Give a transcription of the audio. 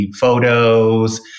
photos